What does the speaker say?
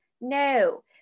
No